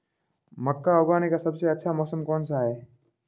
मक्का उगाने का सबसे अच्छा मौसम कौनसा है?